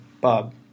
Bob